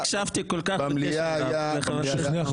כי הקשבתי כל כך בקשב רב לחבר הכנסת מלול